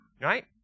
right